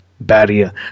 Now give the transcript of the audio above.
barrier